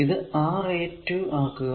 ഇത് r a 2 ആക്കുക